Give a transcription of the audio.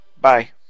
Bye